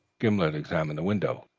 gimblet examined the window,